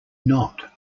not